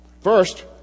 First